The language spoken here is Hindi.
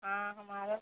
हाँ हमारा